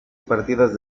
partidas